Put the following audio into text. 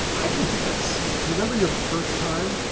i can do this do you remember your first time.